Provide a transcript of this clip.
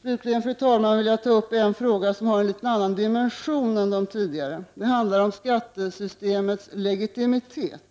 Slutligen, fru talman, vill jag ta upp en fråga som har en litet annan dimension än de tidigare. Det handlar om skattesystemets legitimitet.